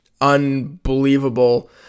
unbelievable